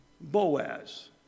Boaz